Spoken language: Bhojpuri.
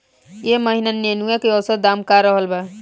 एह महीना नेनुआ के औसत दाम का रहल बा?